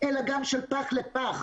אלא גם של פח לפח.